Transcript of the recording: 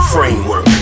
Framework